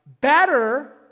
better